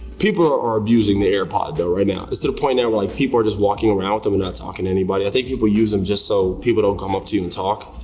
people are are abusing the airpod though right now. it's to the point now where like people are just walking around with them and not talking to anybody. i think people use em just so people don't come up to you and talk.